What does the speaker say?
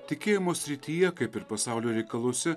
tikėjimo srityje kaip ir pasaulio reikaluose